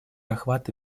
охвата